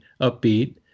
upbeat